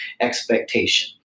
expectation